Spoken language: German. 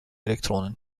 elektronen